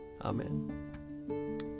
Amen